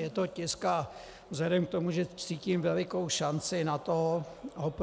Je to tisk a vzhledem k tomu, že cítím velikou šanci na to ho